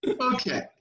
Okay